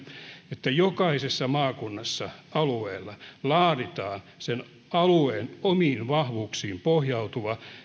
että jokaisessa maakunnassa jokaisella alueella laaditaan sen alueen omiin vahvuuksiin pohjautuvat